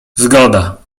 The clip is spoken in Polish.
zgoda